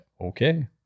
okay